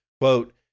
Quote